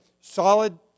solid